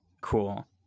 Cool